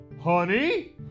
Honey